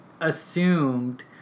assumed